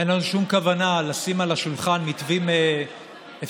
אין לנו שום כוונה לשים על השולחן מתווים הפסדיים,